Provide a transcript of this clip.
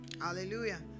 Hallelujah